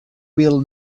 will